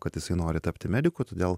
kad jisai nori tapti mediku todėl